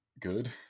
good